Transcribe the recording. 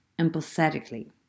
empathetically